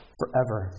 forever